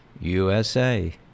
USA